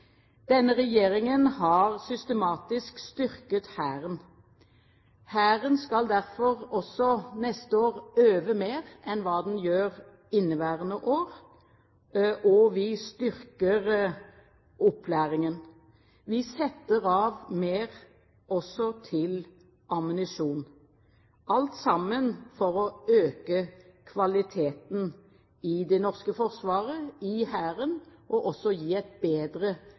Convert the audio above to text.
Denne regjeringen har systematisk styrket Hæren. Hæren skal derfor også neste år øve mer enn den gjør i inneværende år. Vi styrker opplæringen, og vi setter av mer også til ammunisjon, alt sammen for å øke kvaliteten i det norske forsvaret – i Hæren, og også for å gi et bedre